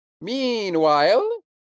Meanwhile